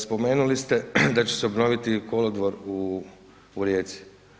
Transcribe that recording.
Spomenuli ste da će se obnoviti i kolodvor u Rijeci.